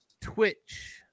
Twitch